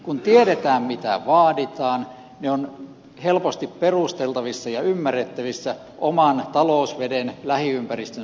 kun tiedetään mitä vaaditaan niin ne ovat helposti perusteltavissa ja ymmärrettävissä oman talousveden lähiympäristön suojelun takia